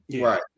Right